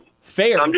Fair